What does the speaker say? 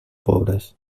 pobres